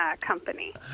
company